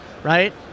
Right